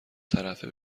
طرفه